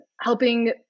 helping